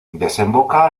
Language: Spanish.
desemboca